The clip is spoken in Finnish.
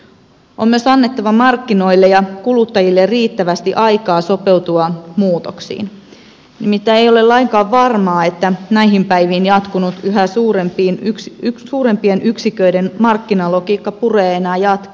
on myös annettava markkinoille ja kuluttajille riittävästi aikaa sopeutua muutoksiin nimittäin ei ole lainkaan varmaa että näihin päiviin jatkunut yhä suurempien yksiköiden markkinalogiikka puree enää jatkossa